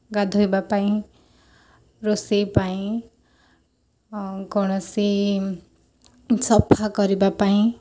ଗାଧୋଇବା ପାଇଁ ରୋଷେଇ ପାଇଁ ଆଉ କୌଣସି ସଫା କରିବା ପାଇଁ